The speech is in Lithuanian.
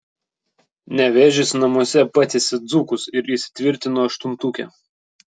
nevėžis namuose patiesė dzūkus ir įsitvirtino aštuntuke